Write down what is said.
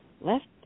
left